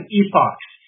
epochs